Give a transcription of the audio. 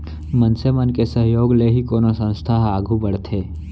मनसे मन के सहयोग ले ही कोनो संस्था ह आघू बड़थे